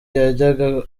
yajyaga